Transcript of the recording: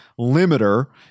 limiter